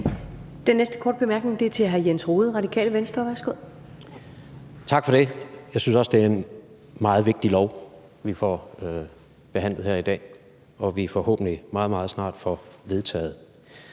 Den næste korte bemærkning er til hr. Jens Rohde, Radikale Venstre. Værsgo Kl. 12:01 Jens Rohde (RV): Tak for det. Jeg synes også, det er et meget vigtigt lovforslag, vi behandler her i dag, og som vi forhåbentlig meget, meget snart får vedtaget.